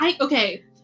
Okay